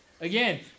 Again